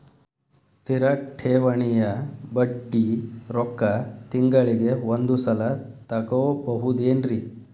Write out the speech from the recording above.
ಸ್ಥಿರ ಠೇವಣಿಯ ಬಡ್ಡಿ ರೊಕ್ಕ ತಿಂಗಳಿಗೆ ಒಂದು ಸಲ ತಗೊಬಹುದೆನ್ರಿ?